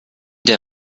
der